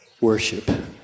worship